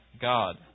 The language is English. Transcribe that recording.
God